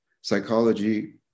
psychology